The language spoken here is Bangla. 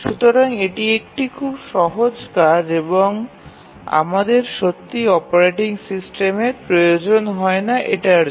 সুতরাং এটি একটি খুব সহজ কাজ এবং আমাদের সত্যিই অপারেটিং সিস্টেমের প্রয়োজন হয় না এটার জন্য